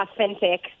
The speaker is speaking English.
authentic